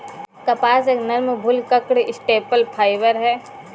कपास एक नरम, भुलक्कड़ स्टेपल फाइबर है